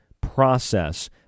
process